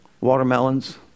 watermelons